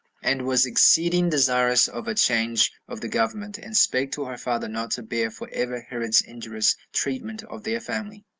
and was exceeding desirous of a change of the government, and spake to her father not to bear for ever herod's injurious treatment of their family,